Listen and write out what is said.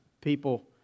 people